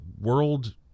world